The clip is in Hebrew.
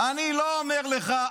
אני לא אומר לך,